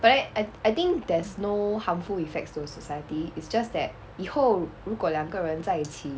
but eh I I think there's no harmful effects to society it's just that 以后如果两个人在一起